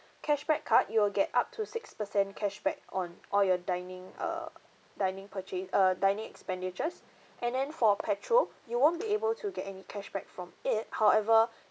cashback card you will get up to six percent cashback on all your dining err dining purchase err dining expenditures and then for petrol you won't be able to get any cashback from it however